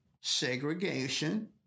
segregation